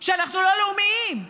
שאנחנו לא לאומיים,